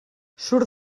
surt